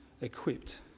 equipped